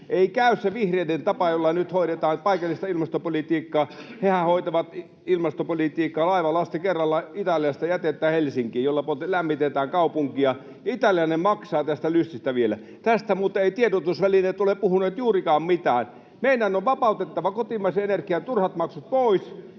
Ei käy se vihreiden tapa, jolla nyt hoidetaan paikallista ilmastopolitiikkaa. Hehän hoitavat ilmastopolitiikallaan Helsinkiin laivalasti kerrallaan italialaista jätettä, jolla lämmitetään kaupunkia. Italialainen vielä maksaa tästä lystistä. Tästä muuten eivät tiedotusvälineet ole puhuneet juurikaan mitään. Meidän on vapautettava kotimaisen energian turhat maksut pois,